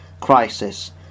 crisis